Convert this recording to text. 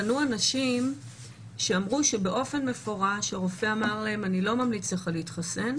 פנו אנשים שאמרו שבאופן מפורש הרופא אמר להם: אני ממליץ לך להתחסן.